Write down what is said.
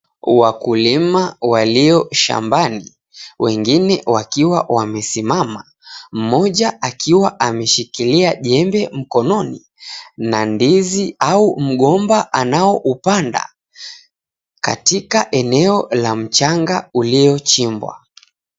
Wakulima walio shambani wengine wakiwa wamesimama mmoja akiwa ameshikilia jembe mkononi na ndizi au mgomba anaoupanda katika eneo la mchanga uliochimbwa.